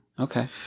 Okay